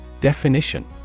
Definition